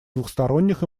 двусторонних